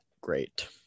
great